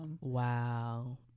wow